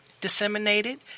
disseminated